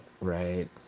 Right